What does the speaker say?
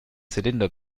zylinder